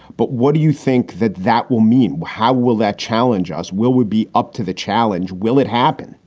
but what do you think that that will mean? how will that challenge us? will we be up to the challenge? will it happen?